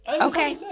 Okay